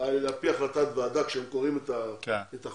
על פי החלטת ועדה כשהם קוראים את החוק,